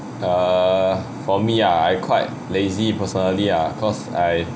err for me I quite lazy personally ah cause I